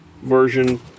version